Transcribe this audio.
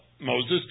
Moses